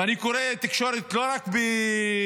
ואני קורא תקשורת לא רק בעברית,